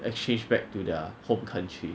exchange back to their home country